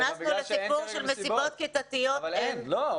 הכנסנו את הסיפור של מסיבות כיתתיות --- לא,